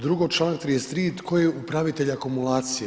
Drugo, članak 33. tko je upravitelj akumulacije.